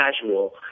Casual